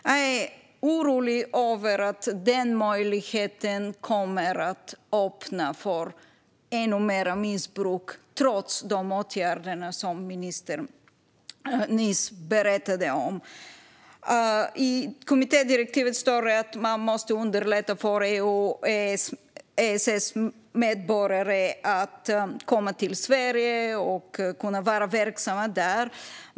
Jag är orolig över att denna möjlighet kommer att öppna för ännu mer missbruk, trots de åtgärder som ministern nyss berättade om. I kommittédirektivet står att man måste underlätta för EU och EES-medborgare att komma till Sverige och kunna vara verksamma här.